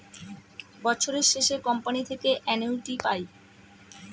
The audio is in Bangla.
বছরের শেষে কোম্পানি থেকে অ্যানুইটি পায়